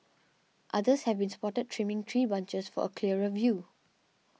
others have been spotted trimming tree branches for a clearer view